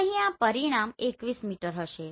તો અહીં આ પરિણામ 21 મીટર હશે